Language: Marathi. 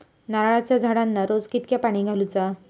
नारळाचा झाडांना रोज कितक्या पाणी घालुचा?